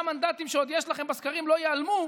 המנדטים שעוד יש לכם בסקרים לא ייעלמו,